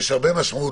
יש הרבה משמעות